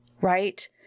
right